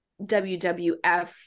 WWF